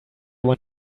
want